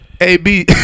AB